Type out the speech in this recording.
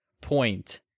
point